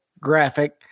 graphic